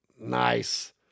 Nice